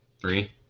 three